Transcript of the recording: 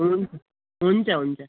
हुन्छ हुन्छ हुन्छ